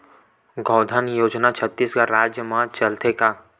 गौधन योजना छत्तीसगढ़ राज्य मा चलथे का?